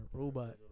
robot